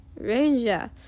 Ranger